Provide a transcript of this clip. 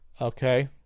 Okay